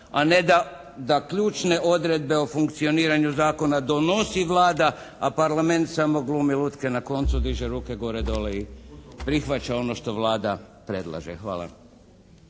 a ne da ključne odredbe o funkcioniranju zakona donosi Vlada, a Parlament samo glumi lutke na koncu, diže ruke gore, dolje i prihvaća ono što Vlada predlaže. Hvala.